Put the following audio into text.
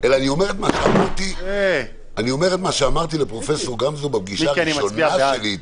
אלא אני אומר את מה שאמרתי לפרופ' גמזו בפגישתי הראשונה אתו.